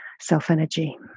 self-energy